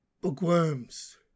Bookworms